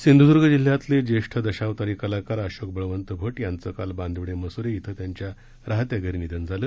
सिंधूदूर्रा जिल्ह्यातील ज्येष्ठ दशावतारी कलाकार अशोक बळवंत भट यांचं काल बांदिवडे मसुरे इथं त्यांच्या राहत्या घरी निधन झालं